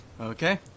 Okay